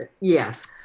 Yes